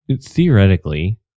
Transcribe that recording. theoretically